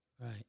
Right